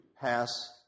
pass